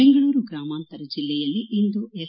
ಬೆಂಗಳೂರು ಗ್ರಾಮಾಂತರ ಜಿಲ್ಲೆಯಲ್ಲಿ ಇಂದು ಎಸ್